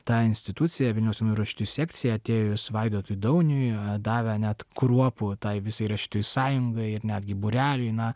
ta institucija vilniaus jaunųjų rašytojų sekcija atėjus vaidotui dauniui davė net kruopų tai visai rašytojų sąjungai ir netgi būreliui na